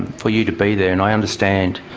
for you to be there, and i understand.